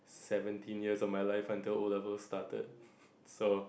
seventeen years of my life until O-levels started so